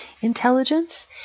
intelligence